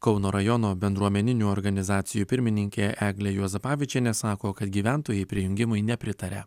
kauno rajono bendruomeninių organizacijų pirmininkė eglė juozapavičienė sako kad gyventojai prijungimui nepritaria